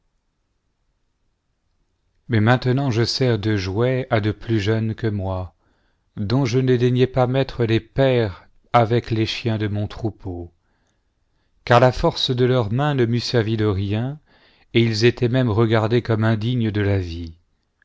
mais maintenant je sers de jouet k de plus jeunes que moi dont je ne daignais pas mettre les pères avec les chiens de mon troupeau car la force de leurs mains ne m'eût servi de rien et ils étaient même regardés comme indignes de la vie